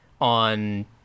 on